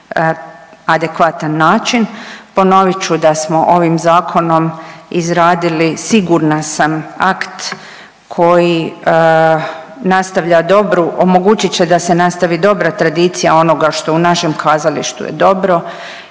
neki adekvatan način. Ponovit ću da smo ovim Zakonom izradili, sigurna sam, akt koji nastavlja dobru, omogućit će da se nastavi dobra tradicija onoga što u našem kazalištu je dobro